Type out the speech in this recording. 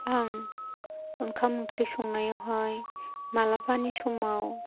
आं ओंखाम ओंख्रि संनायावहाय मालाबानि समाव